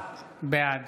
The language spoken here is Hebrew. בעד